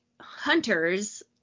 hunters